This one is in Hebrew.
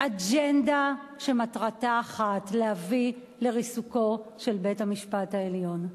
אג'נדה שמטרתה אחת: להביא לריסוקו של בית-המשפט העליון.